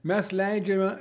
mes leidžiame